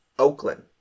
Oakland